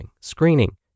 screening